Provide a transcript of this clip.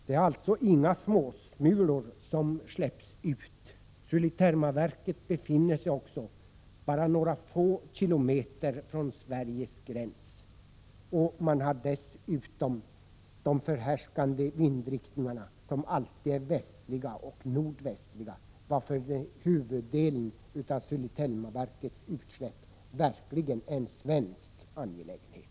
Det är alltså inga små smulor som släpps ut. Sulitjelmaverket befinner sig också bara några få kilometer från Sveriges gräns, och dessutom är de förhärskande vindriktningarna alltid västliga och nordvästliga, varför huvuddelen av Sulitjelmaverkets utsläpp verkligen är en svensk angelägenhet.